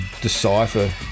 decipher